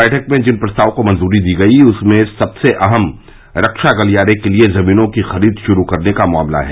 बैठक में जिन प्रस्तावों को मंजूरी दी गई उनमें सबसे अहम रक्षा गलियारे के लिये जमीनों की खरीद शुरू करने का मामला है